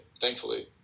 thankfully